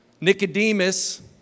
Nicodemus